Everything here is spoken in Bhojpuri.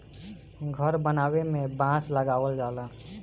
घर बनावे में बांस लगावल जाला